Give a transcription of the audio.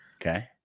Okay